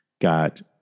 got